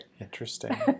Interesting